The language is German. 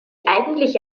eigentliche